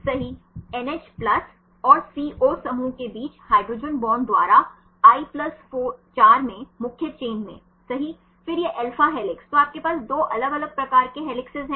सही NH और CO समूहों के बीच हाइड्रोजन बांड द्वारा i 4 में मुख्य चेन में सही फिर यह अल्फा हेलिक्स तो आपके पास 2 अलग अलग प्रकार के हेलिसेस हैं